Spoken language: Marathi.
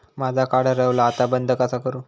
माझा कार्ड हरवला आता बंद कसा करू?